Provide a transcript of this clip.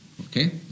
Okay